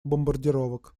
бомбардировок